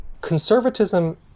conservatism